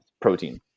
protein